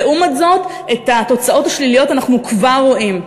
לעומת זאת, את התוצאות השליליות אנחנו כבר רואים.